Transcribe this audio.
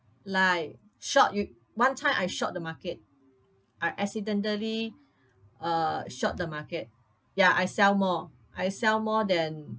like short you one time I short the market I accidentally uh short the market ya I sell more I sell more than